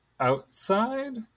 outside